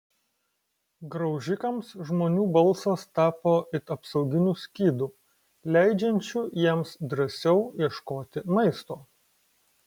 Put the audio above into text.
graužikams žmonių balsas tapo it apsauginiu skydu leidžiančiu jiems drąsiau ieškoti maisto